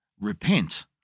Repent